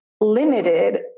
limited